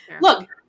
Look